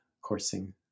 coursing